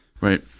Right